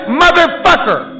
motherfucker